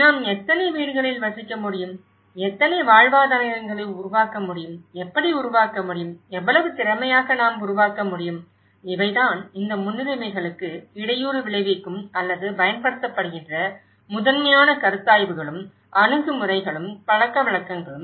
நாம் எத்தனை வீடுகளில் வசிக்க முடியும் எத்தனை வாழ்வாதாரங்களை உருவாக்க முடியும் எப்படி உருவாக்க முடியும் எவ்வளவு திறமையாக நாம் உருவாக்க முடியும் இவைதான் இந்த முன்னுரிமைகளுக்கு இடையூறு விளைவிக்கும் அல்லது பயன்படுத்தப்படுகின்ற முதன்மையான கருத்தாய்வுகளும் அணுகுமுறைகளும் பழக்கவழக்கங்களும்